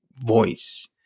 voice